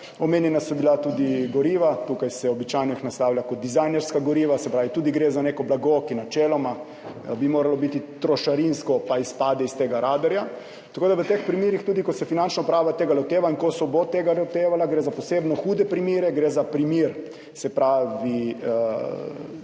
Omenjena so bila tudi goriva. Tukaj se jih običajno naslavlja kot dizajnerska goriva. Se pravi, tudi gre za neko blago, ki bi načeloma moralo biti trošarinsko, pa izpade iz tega radarja. V teh primerih, tudi ko se Finančna uprava tega loteva in ko se bo tega lotevala, gre za posebno hude primere, gre za primer